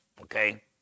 okay